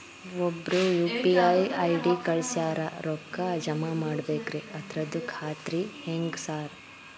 ಒಬ್ರು UPI ID ಕಳ್ಸ್ಯಾರ ರೊಕ್ಕಾ ಜಮಾ ಮಾಡ್ಬೇಕ್ರಿ ಅದ್ರದು ಖಾತ್ರಿ ಹೆಂಗ್ರಿ ಸಾರ್?